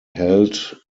held